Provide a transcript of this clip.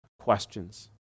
Questions